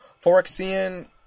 Forexian